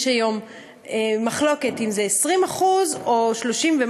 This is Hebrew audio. יש היום מחלוקת אם זה 20% או 30%,